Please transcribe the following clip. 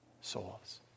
souls